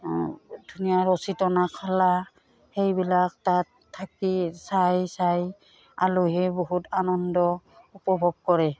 ধুনীয়া ৰছী টনা খেলা সেইবিলাক তাত থাকি চাই চাই আলহীয়ে বহুত আনন্দ উপভোগ কৰে